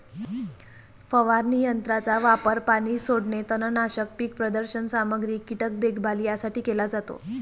फवारणी यंत्राचा वापर पाणी सोडणे, तणनाशक, पीक प्रदर्शन सामग्री, कीटक देखभाल यासाठी केला जातो